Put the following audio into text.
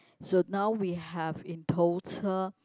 so now we have in total